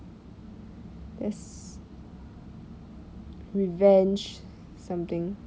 there's revenge something